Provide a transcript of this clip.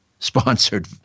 sponsored